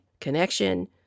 Connection